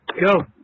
go